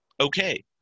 Okay